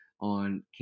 on